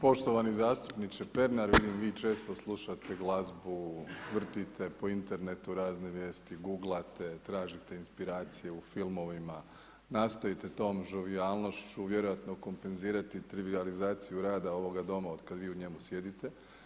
Poštovani zastupniče Pernar, vidim vi često slušate glazbu, vrtite po internetu razne vijesti, googlate, tražite inspiraciju u filmovima, nastojite tom žovijalnošću vjerojatno kompenzirati trivijalizaciju rada ovoga Doma otkada vi u njemu sjedite.